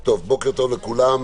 בוקר טוב לכולם,